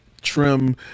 trim